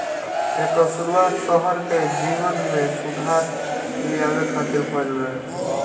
एकर शुरुआत शहर के जीवन में सुधार लियावे खातिर भइल रहे